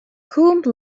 coombe